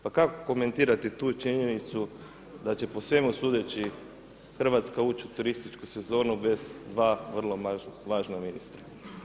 Pa kako komentirate tu činjenicu da će po svemu sudeći Hrvatska ući u turističku sezonu bez dva vrlo važna ministra.